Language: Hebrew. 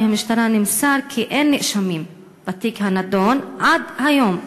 מהמשטרה נמסר כי אין נאשמים בתיק הנדון עד היום.